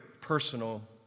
personal